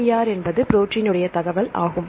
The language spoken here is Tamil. PIR என்பது ப்ரோடீன் உடைய தகவல் ஆகும்